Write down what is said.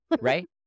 right